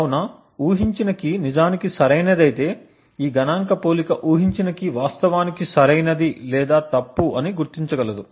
కాబట్టి ఊహించిన కీ నిజానికి సరైనది అయితే ఈ గణాంక పోలిక ఊహించిన కీ వాస్తవానికి సరైనది లేదా తప్పు అని గుర్తించగలదు